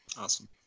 awesome